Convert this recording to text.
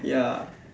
ya